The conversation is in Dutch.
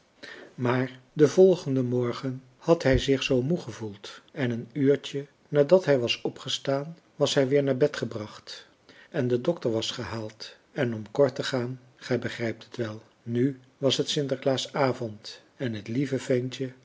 maar den volgenden morgen had hij zich zoo moe gevoeld en een uurtje nadat hij was opgestaan was hij weer naar bed gebracht en de dokter was gehaald en om kort te gaan gij begrijpt het wel nu was het sinterklaasavond en het lieve ventje